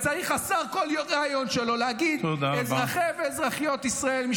השר צריך בכל ריאיון שלו להגיד: אזרחי ואזרחיות ישראל -- תודה רבה.